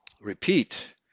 repeat